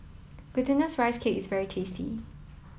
glutinous rice cakes very tasty